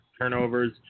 turnovers